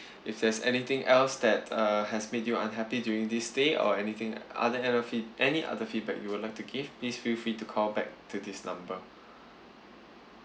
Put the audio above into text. if there's anything else that uh has made you unhappy during this stay or anything other annual fee any other feedback you would like to give please feel free to call back to this number